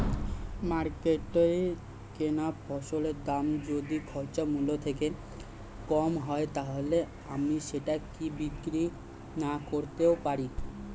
মার্কেটৈ কোন ফসলের দাম যদি খরচ মূল্য থেকে কম হয় তাহলে আমি সেটা কি বিক্রি নাকরতেও পারি?